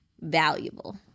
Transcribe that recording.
valuable